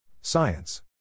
Science